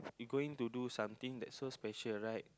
you going to do something that's so special right